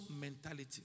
mentality